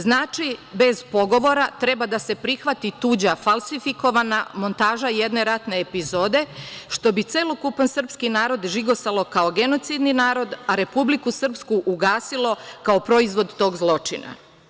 Znači, bez pogovora treba da se prihvati tuđa falsifikovana montaža jedne ratne epizode, što bi celokupan srpski narod žigosalo kao genocidni narod a Republiku Srpsku ugasilo, kao proizvod tog zločina.